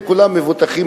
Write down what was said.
הם כולם מבוטחים,